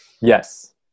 Yes